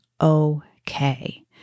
okay